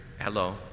hello